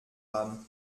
âme